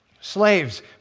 Slaves